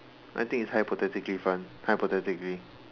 I think it is hypothetically fun hypothetically